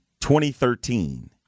2013